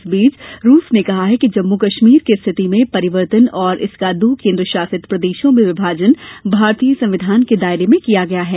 इस बीच रूस ने कहा है कि जम्मु कश्मीर की स्थिति में परिवर्तन और इसका दो केन्द्रशासित प्रदेशों में विभाजन भारतीय संविधान के दायरे में किया गया है